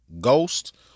ghost